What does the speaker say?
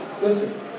Listen